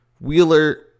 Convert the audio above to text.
Wheeler